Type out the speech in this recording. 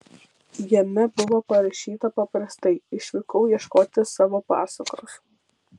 jame buvo parašyta paprastai išvykau ieškoti savo pasakos